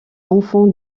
enfants